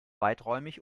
weiträumig